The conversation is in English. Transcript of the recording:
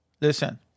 listen